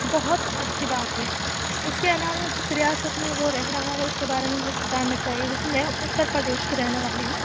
بہت اچھی بات ہے اِس کے علاوہ جس ریاست میں وہ رہ رہا ہے اُس کے بارے میں جسے جاننا چاہیے جیسے میں اُترپردیش کی رہنے والی ہوں